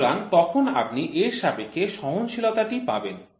সুতরাং তখন আপনি এর সাপেক্ষে সহনশীলতা টি পাবেন